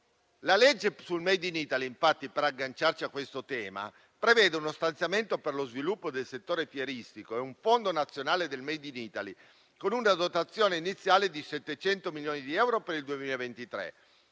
La legge sul *made in Italy*, infatti, per agganciarci a questo tema, prevede uno stanziamento per lo sviluppo del settore fieristico e un fondo nazionale del *made in Italy*, con una dotazione iniziale di 700 milioni di euro per il 2023